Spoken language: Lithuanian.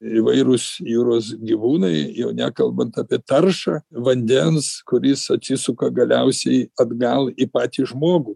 įvairūs jūros gyvūnai jau nekalbant apie taršą vandens kuris atsisuka galiausiai atgal į patį žmogų